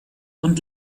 und